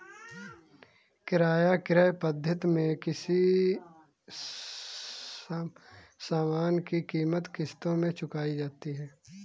किराया क्रय पद्धति में किसी सामान की कीमत किश्तों में चुकाई जाती है